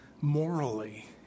morally